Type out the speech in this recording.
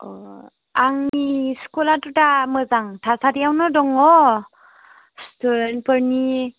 अ आंनि स्कुलाथ' दा मोजां थासारियावनो दङ स्टुदेन्टोरनि